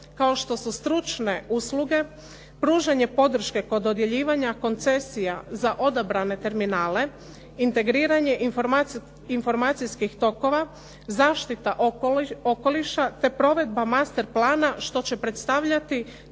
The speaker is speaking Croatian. kao što su stručne usluge, pružanje podrške kod dodjeljivanja koncesija za odabrane terminale, integriranje, informacijskih tokova, zaštita okoliša te provedba master plana što će predstavljati